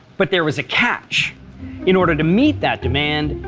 but there was a catch in order to meet that demand,